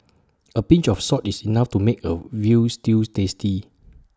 A pinch of salt is enough to make A Veal Stew tasty